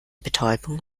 betäubung